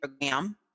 program